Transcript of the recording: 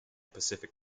pacific